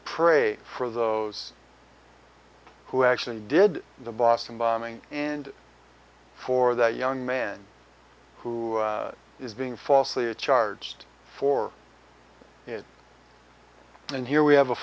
pray for those who actually did the boston bombing and for that young man who is being falsely a charged for it and here we have a